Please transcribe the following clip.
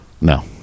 No